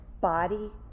body